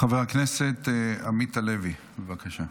חבר הכנסת עמית הלוי, בבקשה.